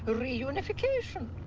reunification.